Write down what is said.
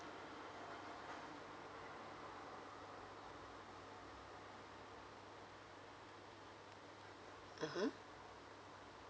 (uh huh)